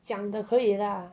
讲的可以 lah